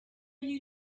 you